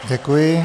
Děkuji.